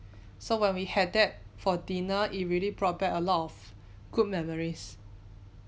so when we had that for dinner it really brought back a lot of good memories